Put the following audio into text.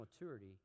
maturity